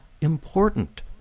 important